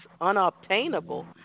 unobtainable